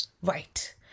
white